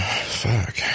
fuck